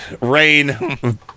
Rain